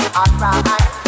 alright